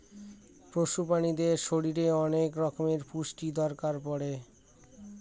পশু প্রাণীদের শরীরে অনেক রকমের পুষ্টির দরকার পড়ে